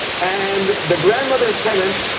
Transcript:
and the grandmother's tenant,